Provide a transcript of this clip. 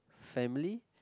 family